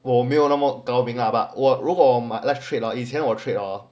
我没有那么高明 but 我如果买 let's trade hor 以前我 trade hor